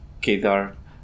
quedar